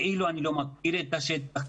כאילו אני לא מכיר את השטח,